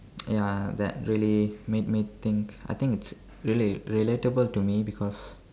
ya that really made me think I think it's really relatable to me because